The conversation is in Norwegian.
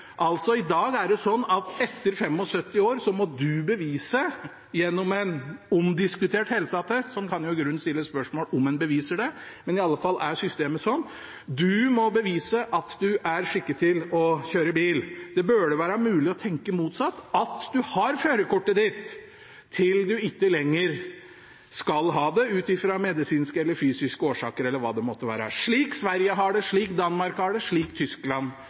I dag må du, etter at du er fylt 75 år, gjennom en omdiskutert helseattest for å bevise at du er skikket til å kjøre bil. Så kan man i grunn stille spørsmål om den beviser det, men systemet er i alle fall slik: Du må bevise at du er skikket til å kjøre bil. Det burde være mulig å tenke motsatt, at du har førerkortet ditt til du ikke lenger skal ha det, ut ifra medisinske, fysiske eller andre årsaker – slik som Sverige, Danmark og Tyskland har det.